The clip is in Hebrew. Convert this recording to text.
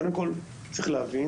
צריך להבין,